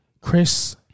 Chris